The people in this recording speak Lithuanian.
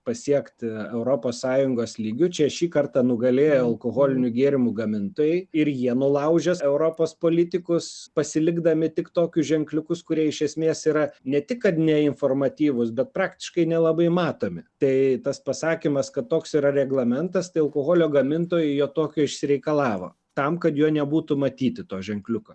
pasiekt europos sąjungos lygiu čia šį kartą nugalėjo alkoholinių gėrimų gamintojai ir jie nulaužė europos politikus pasilikdami tik tokius ženkliukus kurie iš esmės yra ne tik kad neinformatyvūs bet praktiškai nelabai matomi tai tas pasakymas kad toks yra reglamentas tai alkoholio gamintojai jo tokio išsireikalavo tam kad jo nebūtų matyti to ženkliuko